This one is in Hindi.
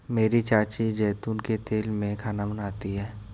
मेरी चाची जैतून के तेल में खाना बनाती है